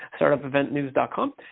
startupeventnews.com